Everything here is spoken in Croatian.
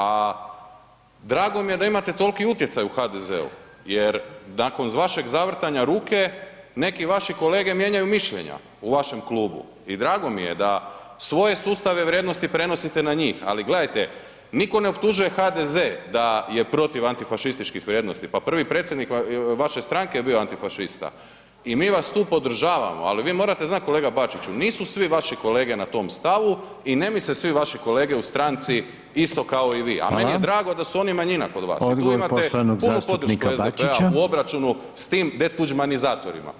A drago mi je da imate toliki utjecaj u HDZ-u jer nakon vašeg zavrtanja ruke, neki vaši kolege mijenjaju mišljenja u vašem klubu i drago mi je da svoje sustave vrijednosti prenosite na njih ali gledajte, nitko ne optužuje HDZ da je protiv antifašističkih vrijednosti, pa prvi predsjednik vaše stranke je bio antifašista i mi vas tu podržavamo ali vi morate znat kolega Bačiću, nisu svi vaši kolege na tom stavu i ne misle svi vaši kolege u stranci isto kao i vi a meni je drago da su oni manjina kod vas i tu imate punu podršku SDP-a u obračunu s tim detuđmanizatorima.